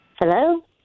Hello